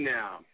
now